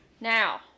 now